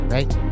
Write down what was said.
Right